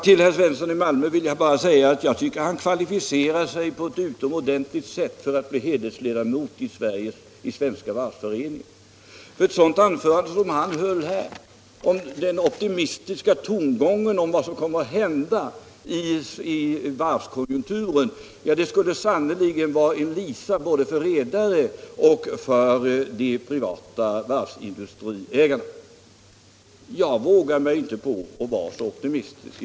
Till herr Svensson i Malmö vill jag bara säga att jag tycker att han på ett utomordentligt sätt kvalificerade sig för att bli hedersledamot i Svenska varvsföreningen. Ett sådant anförande som han höll här med den optimistiska tongången om vad som kommer att hända i varvskonjunkturen skulle sannerligen vara en lisa för både redarna och de privata varvsindustriägarna. Jag vågar mig inte på att vara så optimistisk.